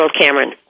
Cameron